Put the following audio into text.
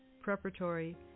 preparatory